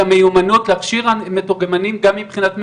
את המיומנות להכשיר אנשים מיומנים גם מבחינת מיומנות,